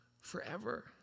forever